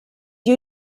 you